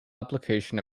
application